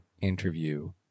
interview